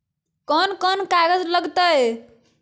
कौन कौन कागज लग तय?